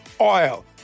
oil